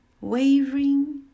wavering